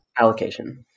Allocation